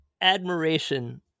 admiration